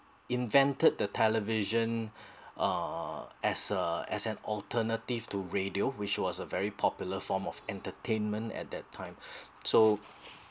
invented the television uh as a as an alternative to radio which was a very popular form of entertainment at that time so